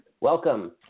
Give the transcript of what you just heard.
Welcome